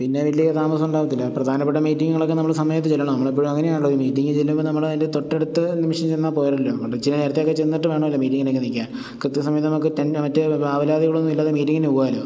പിന്നെ വലിയ താമസമുണ്ടാകത്തില്ല പ്രധാനപ്പെട്ട മീറ്ററിങ്ങുകളൊക്കെ നമ്മള് സമയത്ത് ചെല്ലണം നമ്മളെപ്പഴും അങ്ങനെ ആണല്ലോ ഒരു മീറ്റിഞ്ഞിനു ചെല്ലുമ്പോള് നമ്മളതിൻ്റെ തൊട്ടടുത്ത നിമിഷം ചെന്നാല്പ്പോരല്ലോ നമ്മളിച്ചിരി നേരത്തെയൊക്കെ ചെന്നിട്ട് വേണമല്ലോ മീറ്റിങ്ങിനൊക്കെ നില്ക്കാൻ കൃത്യ സമയത്ത് നമുക്ക് തന്നെ മറ്റ് ആവലാതികളൊന്നൂല്ലാതെ മീറ്റിങ്ങിന് പോകാമല്ലോ